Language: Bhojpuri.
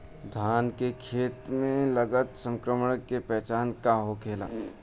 धान के खेत मे लगल संक्रमण के पहचान का होखेला?